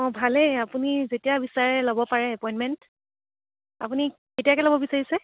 অঁ ভালেই আপুনি যেতিয়া বিচাৰে ল'ব পাৰে এপইণ্টমেণ্ট আপুনি কেতিয়াকে ল'ব বিচাৰিছে